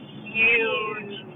huge